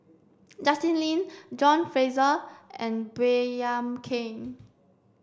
Justin Lean John Fraser and Baey Yam Keng